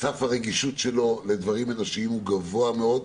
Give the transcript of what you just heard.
סף הרגישות שלו לדברים אנושיים גבוה מאוד.